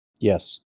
Yes